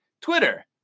Twitter